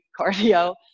cardio